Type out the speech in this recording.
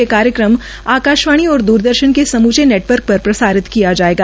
ये कार्यक्रम आकाशवाणी और दूरदर्शन के समूचे नेटवर्क पर प्रसारित किया जायेगा